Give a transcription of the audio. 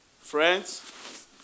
Friends